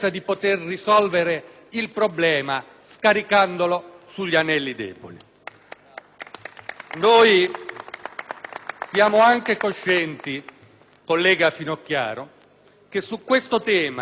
siamo anche coscienti, collega Finocchiaro, che su questo tema vengono suscitate tante paure, quelle paure che sono molto spesso il motore dell'agire umano.